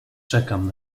czekam